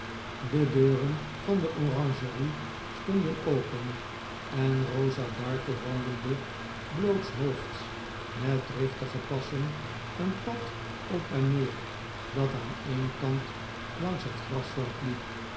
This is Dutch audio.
de deuren van de oranjerie stonden open en rosa dartle wandelde blootshoofds met driftige passen een pad op en neer dat aan een kant langs het grasveld liep